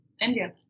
India